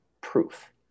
proof